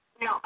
no